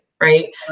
right